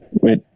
Wait